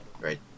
right